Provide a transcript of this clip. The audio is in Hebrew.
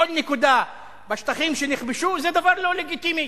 כל נקודה בשטחים שנכבשו זה דבר לא לגיטימי,